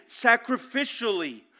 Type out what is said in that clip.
Sacrificially